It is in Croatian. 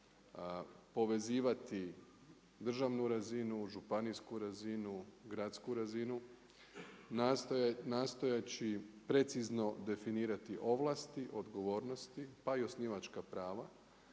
povezivati državnu razinu, županijsku razinu, gradsku razinu nastojeći precizno definirati ovlasti, odgovornosti pa i osnivačka prava.